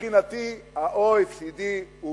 מבחינתי ה-OECD הוא